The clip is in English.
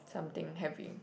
something heavy